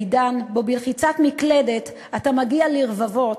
בעידן שבו בלחיצת מקלדת אתה מגיע לרבבות,